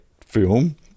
Film